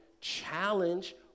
challenge